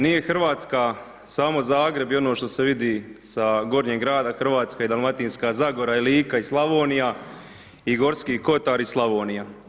Nije Hrvatska samo Zagreb i ono što se vidi sa Gornjeg grada, Hrvatska je Dalmatinska zagora i Lika i Slavonija i Gorski kotar i Slavonija.